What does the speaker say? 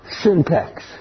Syntax